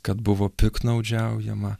kad buvo piktnaudžiaujama